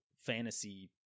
fantasy